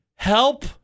Help